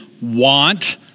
Want